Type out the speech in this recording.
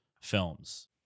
films